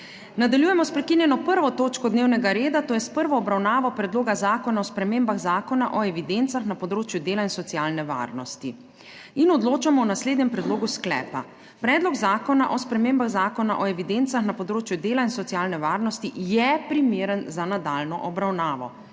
Nadaljujemo s prekinjeno 1. točko dnevnega reda - Prva obravnava Predloga zakona o spremembah Zakona o evidencah na področju dela in socialne varnosti, in odločamo o naslednjem predlogu sklepa: »Predlog zakona o spremembah Zakona o evidencah na področju dela in socialne varnosti je primeren za nadaljnjo obravnavo«